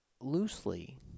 loosely